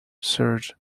surge